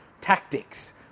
tactics